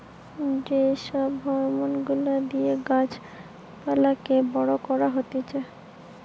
যে সব হরমোন গুলা দিয়ে গাছ পালাকে বড় করা হতিছে